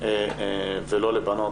ולא לבנות.